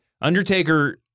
Undertaker